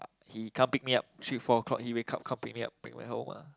he come pick me up three four o-clock he wake up come pick me up bring me back home ah